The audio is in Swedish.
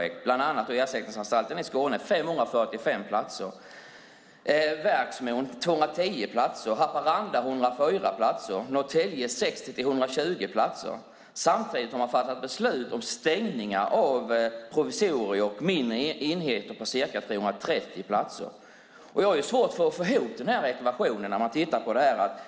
Det gäller bland annat Ersättningsanstalten Skåne med 545 platser, Verksmon med 210 platser, Haparanda med 104 platser, Norrtälje med 60-120 platser. Man har också fattat beslut om stängning av provisorier och mindre enheter med ca 330 platser. Jag har svårt att få den ekvationen att gå ihop.